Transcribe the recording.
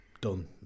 done